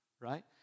Right